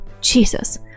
Jesus